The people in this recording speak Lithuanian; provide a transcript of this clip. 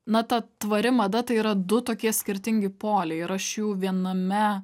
na ta tvari mada tai yra du tokie skirtingi poliai ir aš jų viename